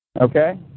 Okay